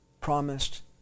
promised